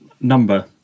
number